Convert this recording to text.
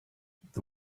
the